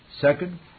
Second